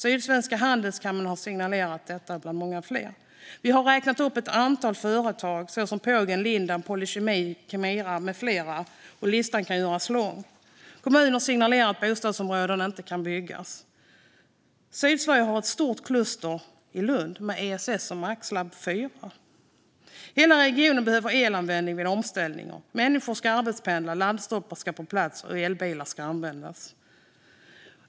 Sydsvenska Handelskammaren och många fler har signalerat om detta. Vi har räknat upp ett antal företag såsom Pågen, Lindab, Polykemi, Kemira med flera, och listan kan göras längre. Kommuner signalerar att bostadsområden inte kan byggas. Sydsverige har ett stort kluster i Lund med ESS, MAX IV-laboratoriet. Hela regionen behöver elanvändning vid omställning. Människor ska arbetspendla, laddstolpar ska på plats och elbilar ska användas.